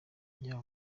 yaba